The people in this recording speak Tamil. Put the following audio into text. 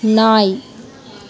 நாய்